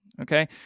okay